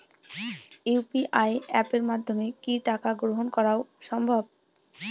UPI অ্যাপের মাধ্যমে কি টাকা গ্রহণ করাও সম্ভব?